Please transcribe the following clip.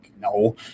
No